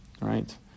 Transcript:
right